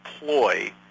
ploy